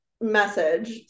message